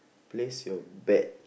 place your bet